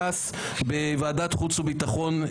לנו עשר-תשע בוועדה המסדרת,